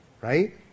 Right